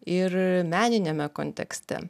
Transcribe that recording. ir meniniame kontekste